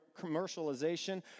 commercialization